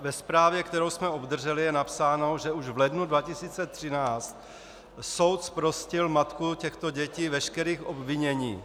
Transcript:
Ve zprávě, kterou jsme obdrželi, je napsáno, že už v lednu 2013 soud zprostil matku těchto dětí veškerých obvinění.